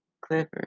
Clifford